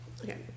Okay